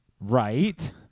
Right